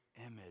image